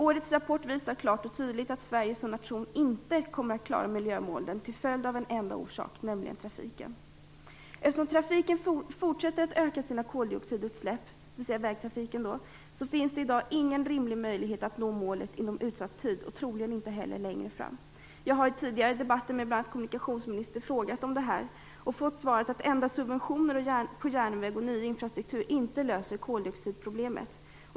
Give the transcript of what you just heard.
Årets rapport visar klart och tydligt att Sverige som nation inte kommer att klara miljömålen till följd av en enda orsak - trafiken. Eftersom koldioxidutsläppen från vägtrafiken fortsätter att öka finns det i dag ingen rimlig möjlighet att nå målet inom utsatt tid, och troligen inte heller längre fram. Jag har i tidigare debatter med bl.a. kommunikationsministern frågat om detta, och fått svaret att endast subventioner till järnväg och nya infrastrukturer inte löser koldioxidproblemet.